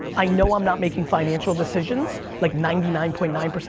i know i'm not making financial decisions like ninety nine point nine.